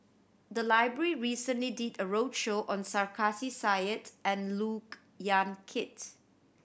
the library recently did a roadshow on Sarkasi Said and Look Yan Kit